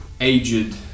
Aged